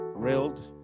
Railed